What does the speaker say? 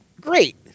Great